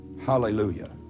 hallelujah